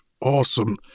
awesome